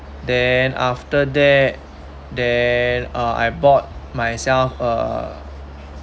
then after that then uh I bought myself a